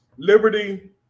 Liberty